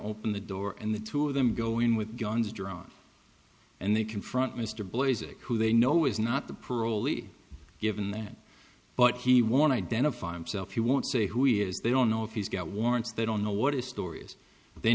open the door and the two of them go in with guns drawn and they confront mr blaze who they know is not the parolee given that but he want to identify himself he won't say who he is they don't know if he's got warrants they don't know what is stories they